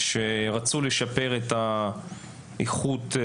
שרצו לשפר את האיכות.